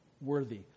worthy